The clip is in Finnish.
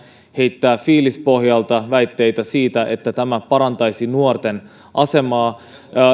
heittää fiilispohjalta väitteitä siitä että tämä parantaisi nuorten asemaa te